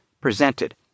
presented